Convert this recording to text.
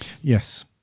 Yes